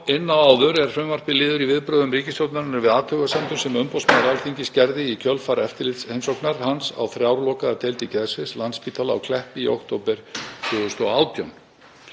inn á áður er frumvarpið liður í viðbrögðum ríkisstjórnarinnar við athugasemdum sem umboðsmaður Alþingis gerði í kjölfar eftirlitsheimsóknar hans á þrjár lokaðar deildir geðsviðs Landspítala á Kleppi í október 2018.